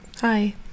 Hi